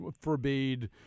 forbade